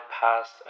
past